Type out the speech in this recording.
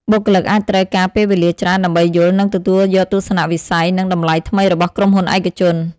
បុគ្គលិកអាចត្រូវការពេលវេលាច្រើនដើម្បីយល់ និងទទួលយកទស្សនៈវិស័យ និងតម្លៃថ្មីរបស់ក្រុមហ៊ុនឯកជន។